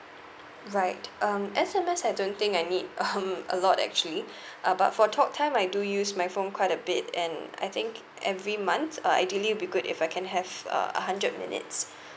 right um S_M_S I don't think I need um a lot actually uh but for talk time I do use my phone quite a bit and I think every month uh ideally it'll be good if I can have uh a hundred minutes